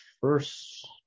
first